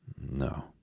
no